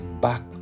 back